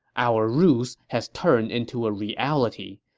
our ruse has turned into a reality.